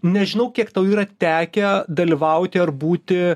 nežinau kiek tau yra tekę dalyvauti ar būti